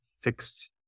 fixed